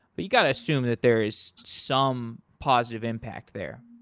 but you got to assume that there is some positive impact there.